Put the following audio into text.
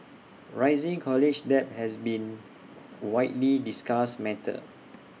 rising college debt has been widely discussed matter